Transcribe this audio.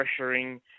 pressuring